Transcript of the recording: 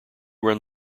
run